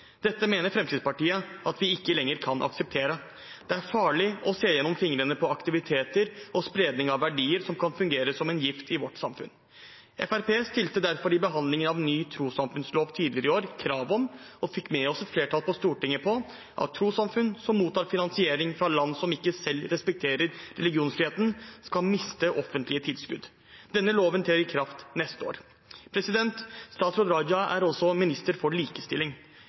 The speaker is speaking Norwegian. Dette mener Fremskrittspartiet at vi ikke lenger kan akseptere. Det er farlig å se gjennom fingrene med aktiviteter og spredning av verdier som kan fungere som en gift i vårt samfunn. Fremskrittspartiet stilte derfor i behandlingen av ny trossamfunnslov tidligere i år krav om – og fikk med seg et flertall i Stortinget på – at trossamfunn som mottar finansiering fra land som ikke selv respekterer religionsfriheten, skal miste offentlige tilskudd. Denne loven trer i kraft neste år. Statsråd Raja er også minister for likestilling.